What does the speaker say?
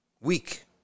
weak